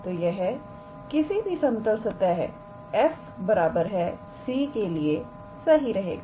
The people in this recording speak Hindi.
तो यह किसी भी समतल सतह 𝑓𝑥 𝑦 𝑧 𝑐 के लिए सही रहेगा